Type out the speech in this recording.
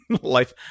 Life